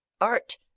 art